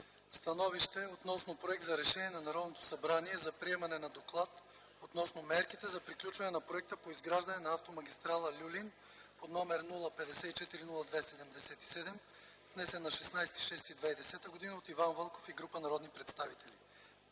„СТАНОВИЩЕ относно Проект за решение на Народното събрание за приемане на Доклад относно мерките за приключване на Проекта по изграждане на Автомагистрала „Люлин” под № 054-02-77, внесен на 16 юни 2010 г. от Иван Вълков и група народни представители.